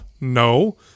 No